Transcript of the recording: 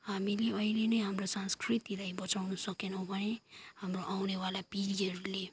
हामीले अहिले नै हाम्रो संस्कृतिलाई बचाउनु सकेनौँ भने हाम्रो आउनेवाला पिँढीहरूले